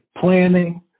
planning